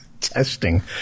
Testing